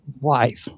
wife